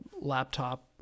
laptop